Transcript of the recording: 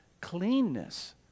cleanness